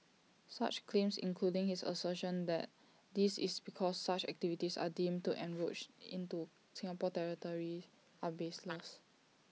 such claims including his assertion that this is because such activities are deemed to encroach into Singapore's territory are baseless